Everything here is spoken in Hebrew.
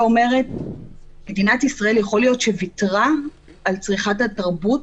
מדינת ישראל יכול להיות שוויתרה על צריכת התרבות?